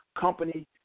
company